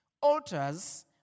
Altars